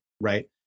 Right